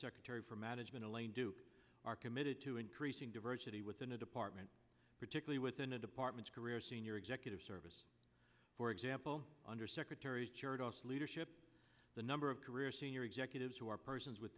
undersecretary for management elaine do are committed to increasing diversity within a department particularly within a department career senior executive service for example under secretaries cheered us leadership the number of career senior executives who are persons with